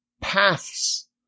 paths